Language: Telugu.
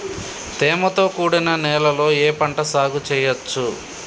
తేమతో కూడిన నేలలో ఏ పంట సాగు చేయచ్చు?